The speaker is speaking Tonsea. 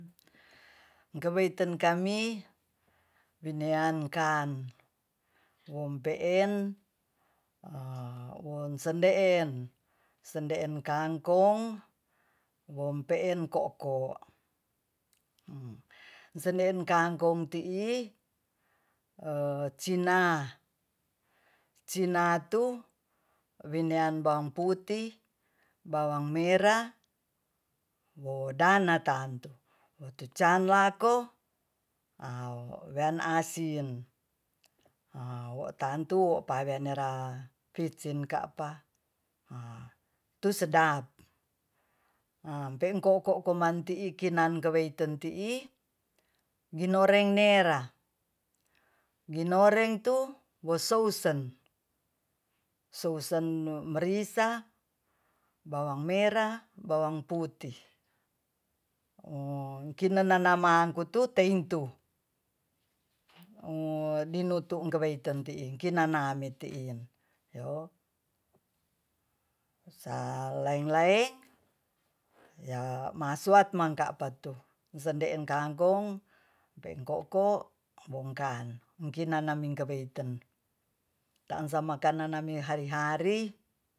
Geweiten kami bineankan wompeen a wonsendeen sendeen kangkong wompeen ko'ko sendeen kangkong tii cina cinatu wenean bawang putih bawang merah modana tantu wotucan lako a wen asin a tantu pawenera pitsin kaapa tu sedap a pem ko'ko komanti ikinan keweinten tii ginoreng nera ginoreng tu wo sousen sousen merica bawang mera bawang putih a kinanamaang kutu teintu dinutu keweinten tii kinanami tiin sa laeng-laeng ya masuat makaang patu sesendeen kangkong mpe ko'ko bongkan mungkin nanami kweinten taansanami makanan hari-hari